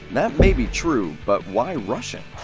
that may be true, but why russian?